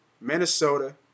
Minnesota